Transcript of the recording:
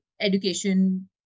education